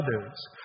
others